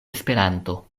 esperanto